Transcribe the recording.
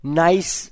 nice